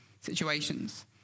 situations